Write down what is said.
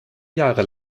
jahre